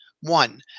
One